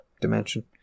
dimension